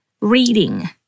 reading